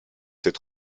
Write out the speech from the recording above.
c’est